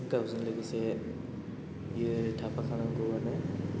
गावजों लोगोसेयै थाफा खानांगौआनो